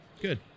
Good